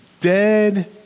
dead